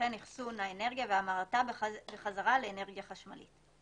וכן אחסון האנרגיה והמרתה בחזרה לאנרגיה חשמלית,